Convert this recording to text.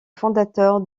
fondateur